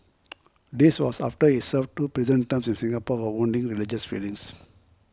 this was after he served two prison terms in Singapore for wounding religious feelings